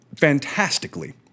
fantastically